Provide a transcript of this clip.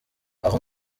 aho